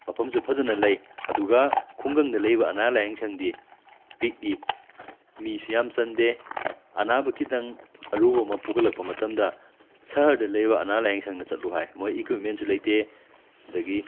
ꯃꯐꯝꯁꯨ ꯐꯖꯅ ꯂꯩ ꯑꯗꯨꯒ ꯈꯨꯡꯒꯪꯗ ꯂꯩꯕ ꯑꯅꯥ ꯂꯥꯏꯌꯦꯡ ꯁꯪꯗꯤ ꯄꯤꯛꯏ ꯃꯤꯁꯨ ꯌꯥꯝ ꯆꯟꯗꯦ ꯑꯅꯥꯕ ꯈꯤꯇꯪ ꯑꯔꯨꯕ ꯑꯃ ꯄꯨꯈꯠꯂꯛꯄ ꯃꯇꯝꯗ ꯁꯍꯔꯗ ꯂꯩꯕ ꯑꯅꯥ ꯂꯥꯏꯌꯦꯡ ꯁꯪꯗ ꯆꯠꯂꯨ ꯍꯥꯏ ꯃꯣꯏ ꯏꯀ꯭ꯋꯤꯞꯃꯦꯟꯁꯨ ꯂꯩꯇꯦ ꯑꯗꯒꯤ